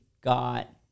got